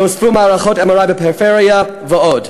נוספו מערכות MRI בפריפריה ועוד.